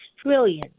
trillion